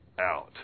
out